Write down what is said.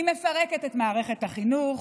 היא מפרקת את מערכת החינוך,